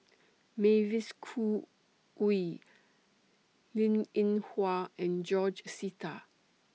Mavis Khoo Oei Linn in Hua and George Sita